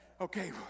Okay